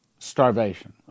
starvation